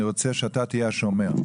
ואני רוצה שאתה תהיה השומר.